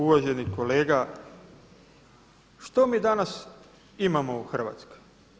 Uvaženi kolega, što mi danas imamo u Hrvatskoj?